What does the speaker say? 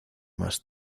más